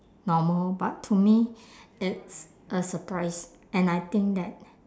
normal but to me it's a surprise and I think that